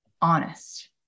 honest